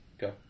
go